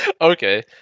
Okay